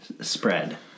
spread